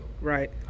Right